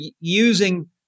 using